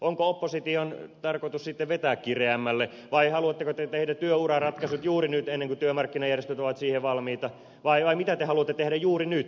onko opposition tarkoitus sitten vetää kireämmälle vai haluatteko te että tehdään työuraratkaisut juuri nyt ennen kuin työmarkkinajärjestöt ovat siihen valmiita vai mitä te haluatte tehdä juuri nyt